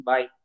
Bye